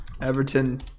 Everton